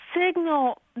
signal